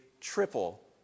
triple